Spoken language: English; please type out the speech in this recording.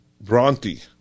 Bronte